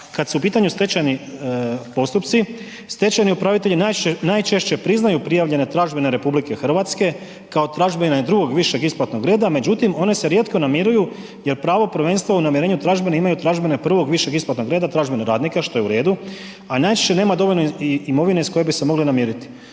kad su u pitanju stečajni postupci, stečajni upravitelji najčešće priznaju prijavljene tražbine RH kao tražbine drugog višeg isplatnog reda, međutim one se rijetko namiruju jer pravo prvenstva u namirenju tražbina imaju tražbine prvog višeg isplatnog reda, tražbine radnika, što je u redu, a najčešće nema dovoljno imovine iz koje bi se mogli namiriti.